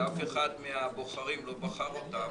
שאף אחד מהבוחרים לא בחר אותם